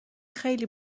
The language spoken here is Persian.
خیلی